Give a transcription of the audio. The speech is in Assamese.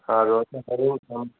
আৰু